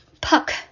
puck